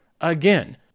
again